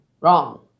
wrong